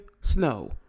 snow